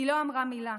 היא לא אמרה מילה.